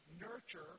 nurture